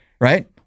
Right